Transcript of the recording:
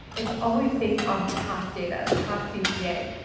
it's always based off past data, past cpa.